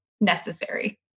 necessary